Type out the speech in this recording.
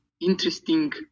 interesting